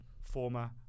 former